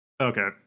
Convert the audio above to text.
Okay